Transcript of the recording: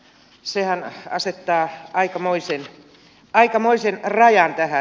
sehän asettaa aikamoisen rajan tähän